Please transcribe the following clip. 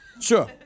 Sure